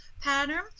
pattern